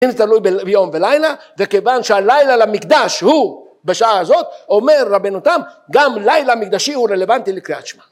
אין תלוי ביום ולילה וכיוון שהלילה למקדש הוא בשעה הזאת, אומר רבנו תם גם לילה מקדשי הוא רלוונטי לקריאת שמע.